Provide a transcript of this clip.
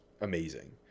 amazing